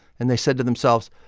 and they said to themselves,